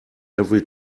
every